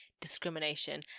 discrimination